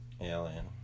Alien